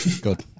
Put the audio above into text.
Good